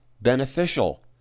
beneficial